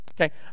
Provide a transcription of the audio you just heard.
Okay